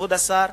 כבוד השר,